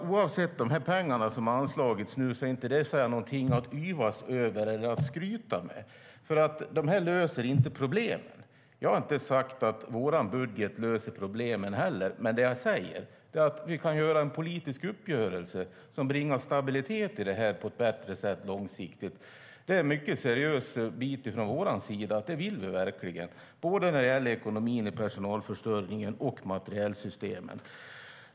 Oavsett de pengar som nu har anslagits är det alltså inget att yvas över eller skryta med, för de löser inte problemen. Jag har inte sagt att vår budget löser problemen heller, men jag säger att vi kan göra en politisk uppgörelse som bringar stabilitet i det här på ett bättre sätt långsiktigt. Det är mycket seriöst från vår sida; vi vill verkligen det, och det gäller både ekonomin i personalförsörjningen och materielsystemet.